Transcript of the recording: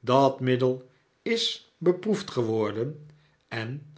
dat middel is beproefd geworden en